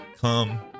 come